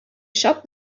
shop